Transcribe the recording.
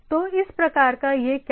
तो इस प्रकार का यह क्या कर रहा है